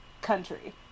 country